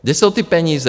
Kde jsou ty peníze?